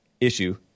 issue